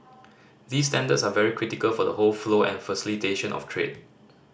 these standards are very critical for the whole flow and facilitation of trade